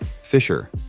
Fisher